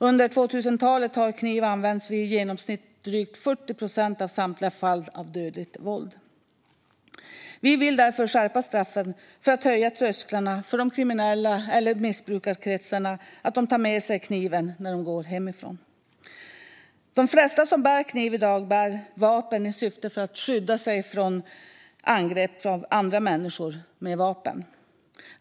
Under 2000-talet har kniv använts i drygt 40 procent av samtliga fall av dödligt våld. Vi vill därför skärpa straffen för att höja trösklarna för att kriminella eller personer i missbrukskretsar tar med sig kniv när de går hemifrån. De flesta som bär kniv i dag bär vapen i syfte att skydda sig från angrepp av andra människor med vapen.